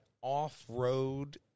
off-road